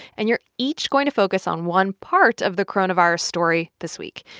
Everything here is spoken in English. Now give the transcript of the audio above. and you're each going to focus on one part of the coronavirus story this week.